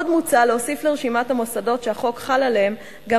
עוד מוצע להוסיף לרשימת המוסדות שהחוק חל עליהם גם